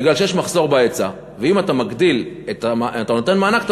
כי יש מחסור בהיצע ואם אתה נותן מענק אתה